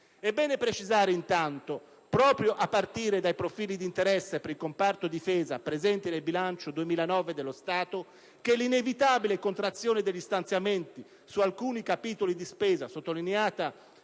È bene precisare, intanto, proprio a partire dai profili di interesse per il comparto Difesa presenti nel bilancio 2009 dello Stato, che l'inevitabile contrazione degli stanziamenti su alcuni capitoli di spesa - sottolineata